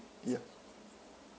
ya